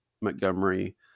Montgomery